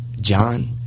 John